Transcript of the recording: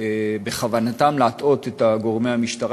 שבכוונתם להטעות את גורמי המשטרה,